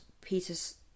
Peter's